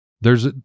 there's-